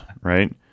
right